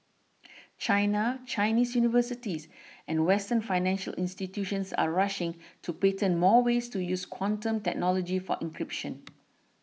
China Chinese universities and western financial institutions are rushing to patent more ways to use quantum technology for encryption